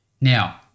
Now